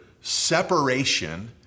separation